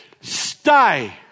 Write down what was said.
Stay